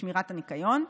שמירת הניקיון,